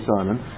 Simon